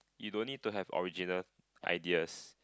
you don't need to have original ideas